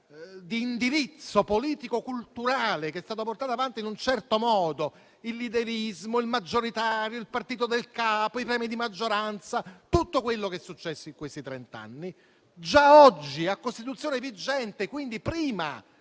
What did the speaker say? di indirizzo politico-culturale portato avanti in un certo modo (il leaderismo, il maggioritario, il partito del capo, i premi di maggioranza, tutto quello che è successo in questi trent'anni) già oggi, a Costituzione vigente, quindi prima